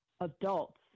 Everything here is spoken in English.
adults